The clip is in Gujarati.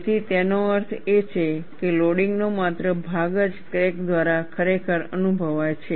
તેથી તેનો અર્થ એ છે કે લોડિંગનો માત્ર ભાગ જ ક્રેક દ્વારા ખરેખર અનુભવાય છે